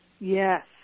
yes